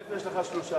מאיפה יש לך שלושה?